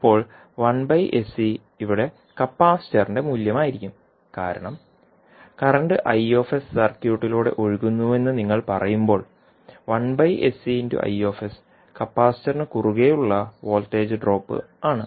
ഇപ്പോൾ 1sC ഇവിടെ കപ്പാസിറ്ററിന്റെ മൂല്യമായിരിക്കും കാരണം നിലവിലുള്ളത് I സർക്യൂട്ടിലൂടെ ഒഴുകുന്നുവെന്ന് നിങ്ങൾ പറയുമ്പോൾ കപ്പാസിറ്ററിന് കുറുകെ ഉള്ള ഉള്ള വോൾട്ടേജ് ഡ്രോപ്പും ആണ്